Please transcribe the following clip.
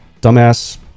dumbass